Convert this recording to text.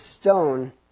stone